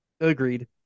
agreed